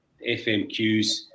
FMQs